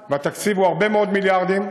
התקציב הוא הרבה מאוד מיליארדים.